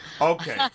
Okay